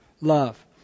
Love